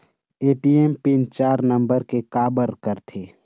ATM pin चार number के काबर करथे?